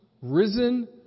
risen